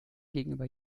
gegenüber